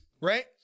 right